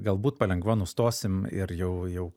galbūt palengva nustosim ir jau jau